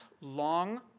long